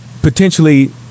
potentially